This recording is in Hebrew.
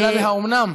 השאלה היא, האומנם?